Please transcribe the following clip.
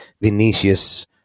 Vinicius